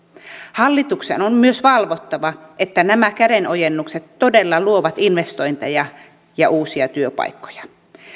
hallituksen on myös valvottava että nämä kädenojennukset todella luovat investointeja ja uusia työpaikkoja